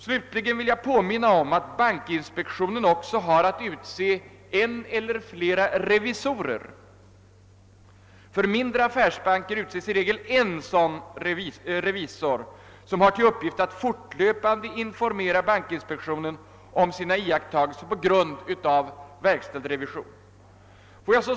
Jag vill också erinra om att bankinspektionen har att utse en eller flera revisorer, som har till uppgift att fortlöpande informera bankinspektionen om sina iakttagelser på grund av verkställd inspektion.